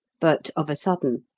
but of a sudden